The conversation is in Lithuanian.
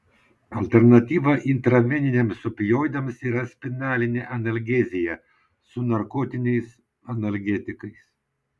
alternatyva intraveniniams opioidams yra spinalinė analgezija su narkotiniais analgetikais